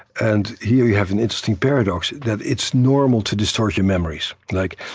and here, you have an interesting paradox that it's normal to distort your memories. like,